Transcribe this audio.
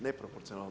Neproporcionalno.